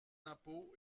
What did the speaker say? impôts